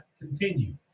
continue